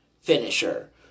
finisher